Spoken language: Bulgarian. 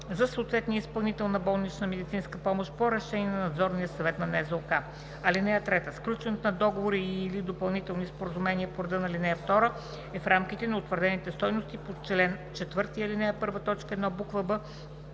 за съответния изпълнител на болнична медицинска помощ – по решение на Надзорния съвет на НЗОК. (3) Сключването на договори и/или допълнителни споразумения по реда на ал. 2 е в рамките на утвърдените стойности по чл. 4, ал. 1, т. 1, буква